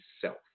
self